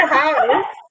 house